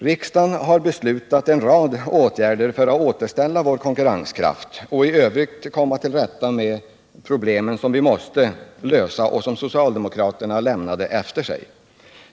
Riksdagen har beslutat om en rad åtgärder för att återställa vår konkurrenskraft och i övrigt komma till rätta med de problem som socialdemokraterna lämnade efter sig.